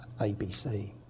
ABC